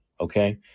okay